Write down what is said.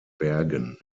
bergen